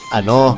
ano